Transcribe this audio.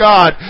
God